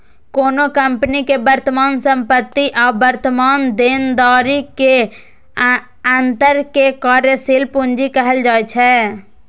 कोनो कंपनी के वर्तमान संपत्ति आ वर्तमान देनदारी के अंतर कें कार्यशील पूंजी कहल जाइ छै